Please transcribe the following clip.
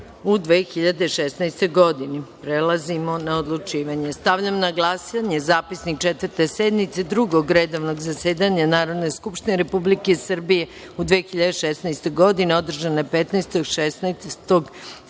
u 2016. godini. Prelazimo na odlučivanje. Stavljam na glasanje Zapisnik Četvrte sednice Drugog redovnog zasedanja Narodne skupštine Republike Srbije u 2016. godini, održane 15, 16, 17,